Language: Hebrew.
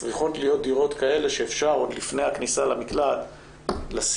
צריכות להיות דירות כאלה שאפשר עוד לפני הכניסה למקלט לשים,